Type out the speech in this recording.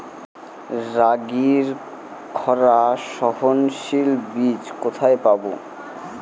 রাগির খরা সহনশীল বীজ কোথায় পাবো?